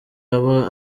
aba